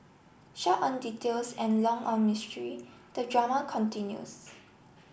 short on details and long on mystery the drama continues